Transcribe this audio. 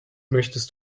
möchtest